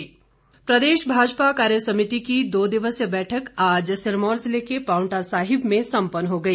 भाजपा प्रदेश भाजपा कार्यसमिति की दो दिवसीय बैठक आज सिरमौर जिले के पांवटा साहिब में सम्पन्न हो गई